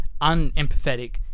unempathetic